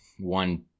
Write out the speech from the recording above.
one